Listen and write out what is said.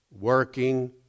working